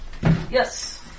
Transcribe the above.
Yes